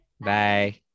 Bye